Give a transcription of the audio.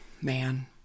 man